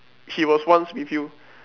she was once with you